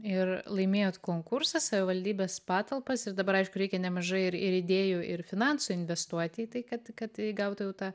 ir laimėjot konkursą savivaldybės patalpas ir dabar aišku reikia nemažai ir ir idėjų ir finansų investuoti į tai kad kad įgautų jau tą